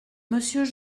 monsieur